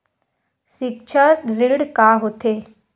सिक्छा ऋण का होथे?